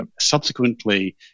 subsequently